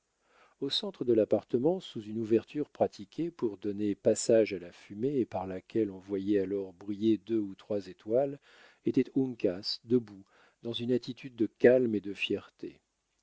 au centre de l'appartement sous une ouverture pratiquée pour donner passage à la fumée et par laquelle on voyait alors briller deux ou trois étoiles était uncas debout dans une attitude de calme et de fierté